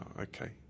okay